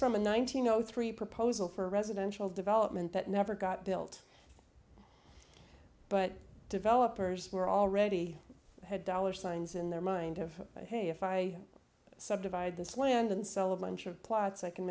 know three proposal for residential development that never got built but developers were already had dollar signs in their mind of hey if i subdivided this land and sell a bunch of plots i can